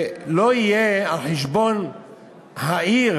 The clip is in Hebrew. לא יהיה על חשבון העיר,